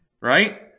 right